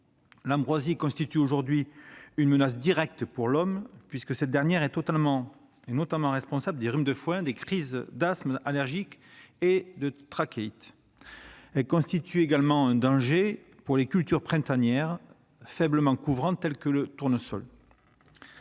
L'ambroisie constitue une menace directe pour l'homme puisqu'elle est notamment responsable du rhume des foins, de crises d'asthme allergique et de trachéites. Elle constitue également un danger pour les cultures printanières faiblement couvrantes telles que le tournesol.